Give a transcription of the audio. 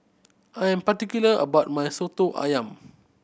I am particular about my Soto Ayam